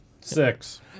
Six